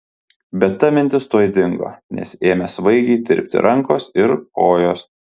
bet ta mintis tuoj dingo nes ėmė svaigiai tirpti rankos ir kojos